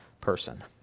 person